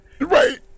Right